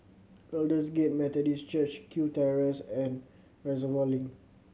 Aldersgate Methodist Church Kew Terrace and Reservoir Link